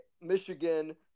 Michigan